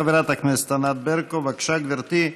חברת הכנסת ענת ברקו, בבקשה, גברתי.